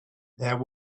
there